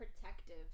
protective